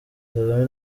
kagame